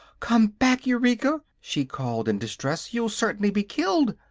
come back, eureka! she called, in distress, you'll certainly be killed.